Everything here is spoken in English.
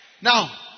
Now